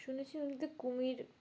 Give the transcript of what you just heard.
শুনেছি নদীতে কুমির